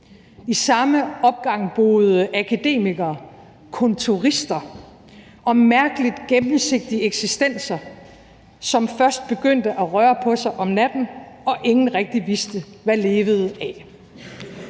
I samme opgang boede akademikere, kontorister og mærkeligt gennemsigtige eksistenser (som først begyndte at røre på sig om natten, og ingen rigtig vidste hvad levede af)